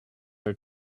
are